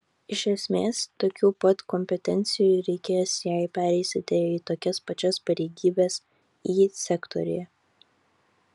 iš esmės tokių pat kompetencijų reikės jei pereisite į tokias pačias pareigybes y sektoriuje